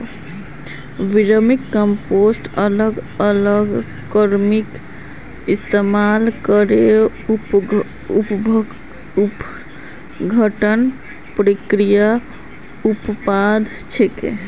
vermicompost अलग अलग कृमिर इस्तमाल करे अपघटन प्रक्रियार उत्पाद छिके